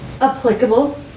applicable